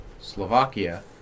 Slovakia